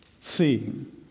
seeing